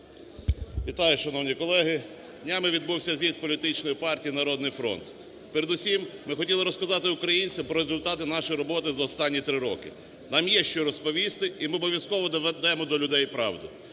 Вітаю, шановні колеги! Днями відбувся з'їзд політичної партії "Народний фронт". Передусім ми хотіли розказати українцям про результати нашої роботи за останні 3 роки, нам є що розповісти, і ми обов'язково доведемо до людей правду.